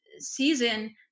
season